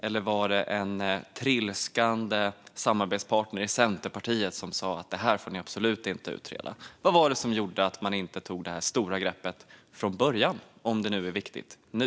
Eller var det en trilskande samarbetspartner i Centerpartiet som sa att det här får ni absolut inte utreda? Vad var det som gjorde att man inte tog det här stora greppet från början, om det är så viktigt nu?